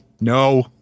No